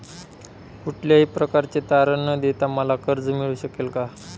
कुठल्याही प्रकारचे तारण न देता मला कर्ज मिळू शकेल काय?